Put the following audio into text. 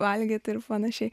valgyti ir panašiai